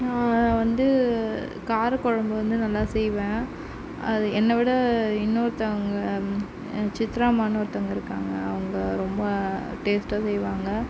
நான் வந்து காரக்குழம்பு வந்து நல்லா செய்வேன் அது என்னை விட இன்னொருத்தவங்க சித்திரா அம்மான்னு ஒருத்தவங்க இருக்காங்க அவங்க ரொம்ப டேஸ்ட்டாக செய்வாங்க